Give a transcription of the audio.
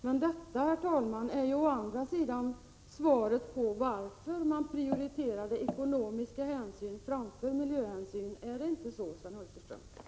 Men detta, herr talman, är å andra sidan svaret på varför man prioriterade ekonomiska hänsyn framför miljöhänsyn. Är det inte så, Sven Hulterström?